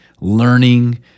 learning